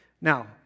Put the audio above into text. Now